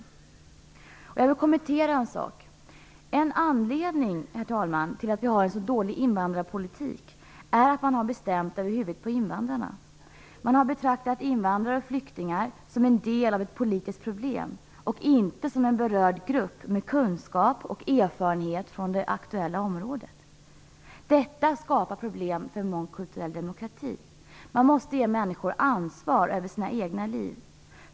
Det är en sak som jag vill kommentera. En anledning, herr talman, till att vi har en så dålig invandrarpolitik är att man har bestämt över huvudet på invandrarna. Man har betraktat invandrare och flyktingar som en del av ett politiskt problem och inte som en berörd grupp med kunskap och erfarenhet från det aktuella området. Detta skapar problem för en mångkulturell demokrati. Man måste ge människor ansvar för sina egna liv.